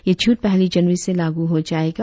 यह छूट पहली जनवरी से लागू हो जायेगी